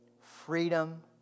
freedom